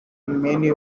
many